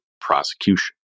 prosecution